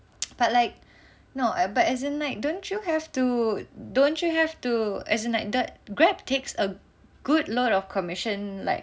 but like no but as in like don't you have to don't you have to as in like that Grab takes a good load of commission like